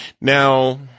Now